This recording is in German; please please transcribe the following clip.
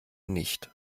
nicht